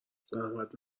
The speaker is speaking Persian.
زحمت